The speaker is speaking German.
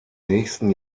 nächsten